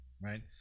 right